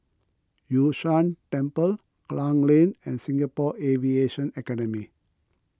Yun Shan Temple Klang Lane and Singapore Aviation Academy